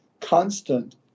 constant